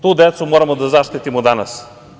Tu decu moramo da zaštitimo danas.